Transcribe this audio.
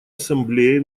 ассамблее